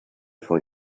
for